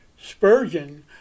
Spurgeon